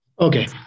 Okay